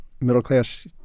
middle-class